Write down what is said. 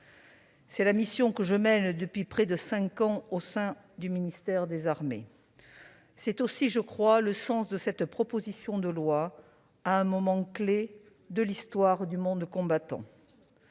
C'est la mission que je mène depuis près de cinq ans au sein du ministère des armées, c'est aussi le sens de cette proposition de loi. Celle-ci intervient à un moment clé de l'histoire du monde combattant,